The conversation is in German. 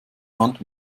hand